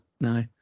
no